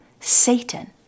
Satan